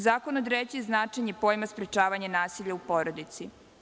Zakon određuje i značenje pojma sprečavanje nasilja u porodici.